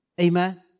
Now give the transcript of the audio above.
Amen